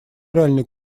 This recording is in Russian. реальный